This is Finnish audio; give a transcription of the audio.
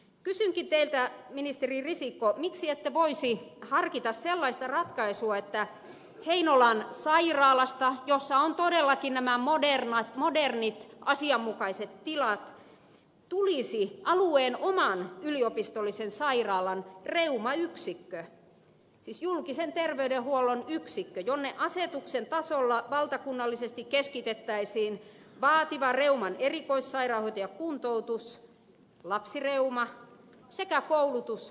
kysynkin teiltä ministeri risikko miksi ette voisi harkita sellaista ratkaisua että heinolan sairaalasta jossa on todellakin nämä modernit asianmukaiset tilat tulisi alueen oman yliopistollisen sairaalan reumayksikkö siis julkisen terveydenhuollon yksikkö jonne asetuksen tasolla valtakunnallisesti keskitettäisiin vaativa reuman erikoissairaanhoito ja kuntoutus lapsireuma sekä koulutus ja tutkimus